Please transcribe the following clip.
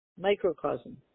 Microcosm